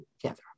together